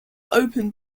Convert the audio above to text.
opened